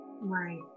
Right